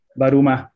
baruma